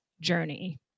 journey